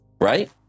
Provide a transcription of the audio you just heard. right